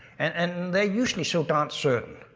and they're usually so darn certain.